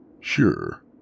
Sure